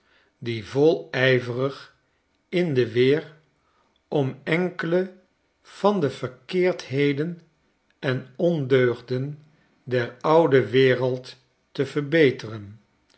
die volijverig in de weer om enkele van de verkeerdheden en ondeugden der oude wereld te verbeteren